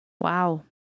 Wow